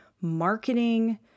marketing